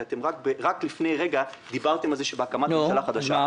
כי אתם רק לפני רגע דיברתם על זה שבהקמת ממשלה חדשה --- נו,